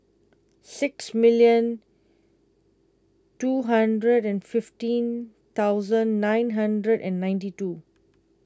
six million two hundred and fifteen thousand nine hundred and ninety two